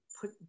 put